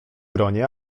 gronie